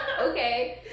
okay